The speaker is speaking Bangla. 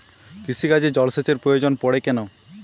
কৃষিকাজে জলসেচের প্রয়োজন পড়ে কেন?